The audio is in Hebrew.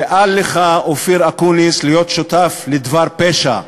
ואל לך, אופיר אקוניס, להיות שותף לדבר פשע.